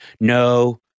no